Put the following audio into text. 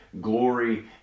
glory